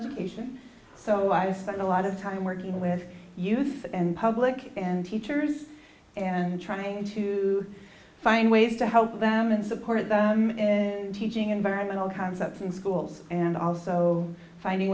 education so i spend a lot of time working with youth and public and teachers and trying to find ways to help them and support teaching environmental concepts in schools and also finding